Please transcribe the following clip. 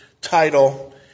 title